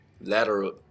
lateral